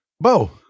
Bo